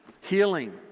healing